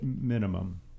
Minimum